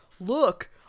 Look